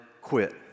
quit